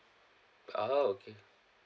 ah okay